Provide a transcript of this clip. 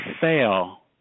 fail